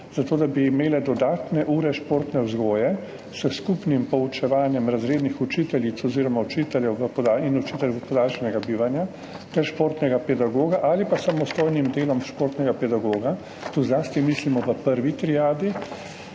zato da bi imele dodatne ure športne vzgoje s skupnim poučevanjem razrednih učiteljic in učiteljev podaljšanega bivanja ter športnega pedagoga ali pa s samostojnim delom športnega pedagoga. Tu zlasti mislimo v prvi triadi.